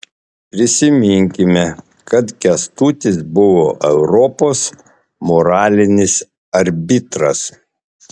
prisiminkime kad kęstutis buvo europos moralinis arbitras